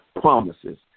promises